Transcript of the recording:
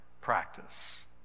practice